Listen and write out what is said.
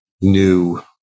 new